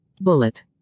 Bullet